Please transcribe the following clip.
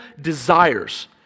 desires